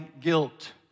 guilt